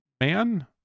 Man